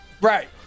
Right